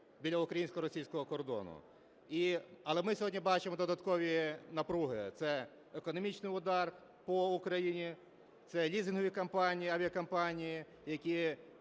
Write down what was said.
біля українсько-російського кордону, але ми сьогодні бачимо додаткові напруги: це економічний удар по Україні, це лізингові авіакомпанії, які